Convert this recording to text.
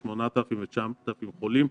8,000 ו-9,000 חולים,